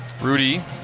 rudy